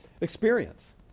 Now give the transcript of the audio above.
Experience